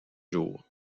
jours